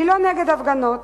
אני לא נגד הפגנות,